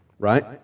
Right